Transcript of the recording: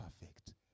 perfect